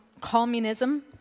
Communism